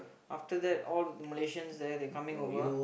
after that all Malaysian they they coming over